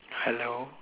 hello